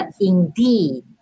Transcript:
indeed